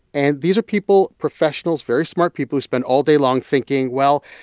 and these are people professionals, very smart people who spend all day long thinking, well,